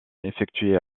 effectuer